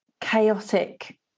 chaotic